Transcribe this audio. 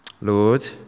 Lord